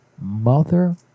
mother